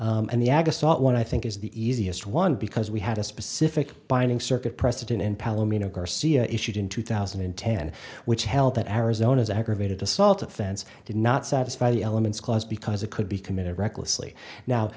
one i think is the easiest one because we had a specific binding circuit precedent in palomino garcia issued in two thousand and ten which held that arizona's aggravated assault offense did not satisfy the elements clause because it could be committed recklessly now